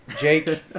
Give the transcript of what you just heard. Jake